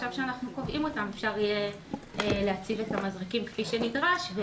אנחנו קובעים אותן ואפשר יהיה להציב את המזרקים כפי שנדרש.